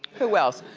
who else?